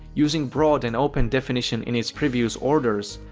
using broad and open definitions in its previous orders,